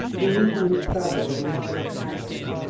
we usually straggled into this cabin,